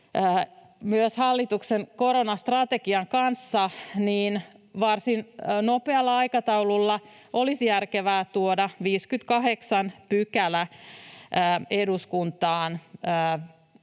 myös hallituksen koronastrategian kanssa, niin varsin nopealla aikataululla olisi järkevää tuoda 58 § eduskuntaan